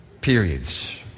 periods